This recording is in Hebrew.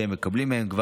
שהם כבר מקבלים מהם,